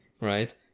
Right